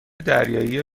دریایی